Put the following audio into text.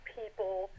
people